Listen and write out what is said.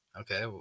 Okay